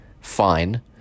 fine